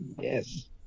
Yes